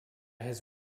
his